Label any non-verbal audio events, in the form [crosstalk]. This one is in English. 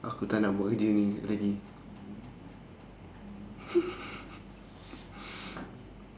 aku taknak buat kerja ni lagi [laughs]